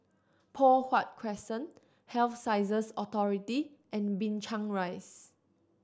Poh Huat Crescent Health Sciences Authority and Binchang Rise